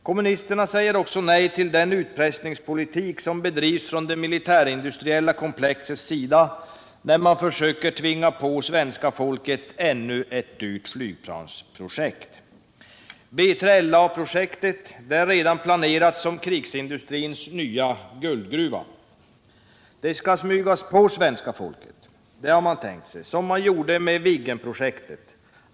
Kommunisterna säger också nej till den utpressningspolitik som bedrivs från det militärindustriella komplexets sida när man försöker påtvinga svenska folket ännu ett dyrt flygplansprojekt. Det skall smygas på svenska folket har man tänkt sig. Som man gjorde med Viggenprojektet.